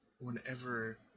whenever